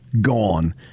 gone